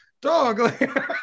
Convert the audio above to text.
dog